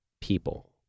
people